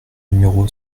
numéro